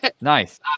Nice